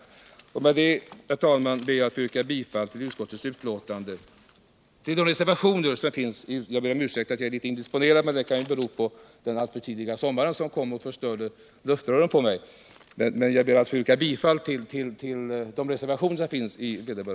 Med detta, herr talman. ber jag att få yrka bifall till de reservationer som är